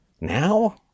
now